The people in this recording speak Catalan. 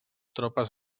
tropes